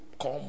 come